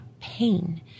pain